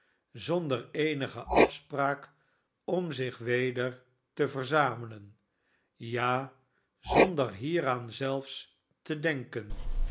zonder eenige afspraak om zich weder te verzamelen ja zonder hieraan zelfs te denken